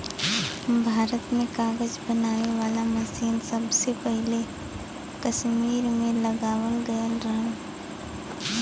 भारत में कागज बनावे वाला मसीन सबसे पहिले कसमीर में लगावल गयल रहल